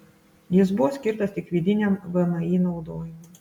jis buvo skirtas tik vidiniam vmi naudojimui